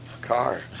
car